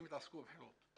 אנשים התעסקו בבחירות.